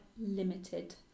limited